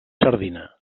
sardina